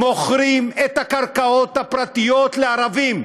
מוכרים את הקרקעות הפרטיות לערבים.